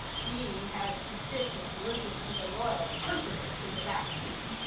he had to sit and listen to the royal personage in the back seat.